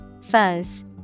Fuzz